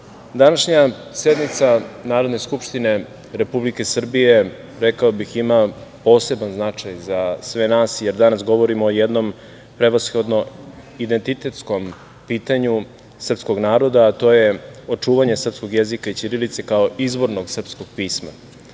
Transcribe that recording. današnja sednica Narodne skupštine Republike Srbije, rekao bih, ima poseban značaj za sve nas, jer danas govorimo o jednom prevashodno identitetskom pitanju srpskog naroda, a to je očuvanje srpskog jezika i ćirilice kao izvornog srpskog pisma. Znamo